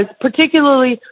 particularly